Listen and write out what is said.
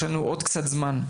יש לנו עוד קצת זמן,